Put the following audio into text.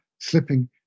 slipping